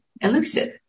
elusive